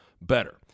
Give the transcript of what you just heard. better